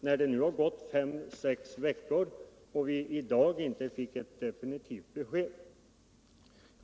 Nu har det gått fem sex veckor, och i dag fick vi inte något definitivt besked.